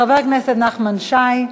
חבר הכנסת נחמן שי,